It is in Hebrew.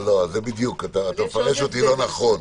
אתה מפרש אותי לא נכון.